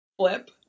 flip